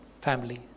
family